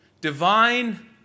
divine